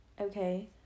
Okay